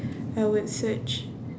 I would search